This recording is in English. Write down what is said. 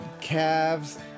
Calves